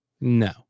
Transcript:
No